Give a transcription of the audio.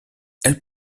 elles